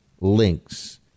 links